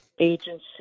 agency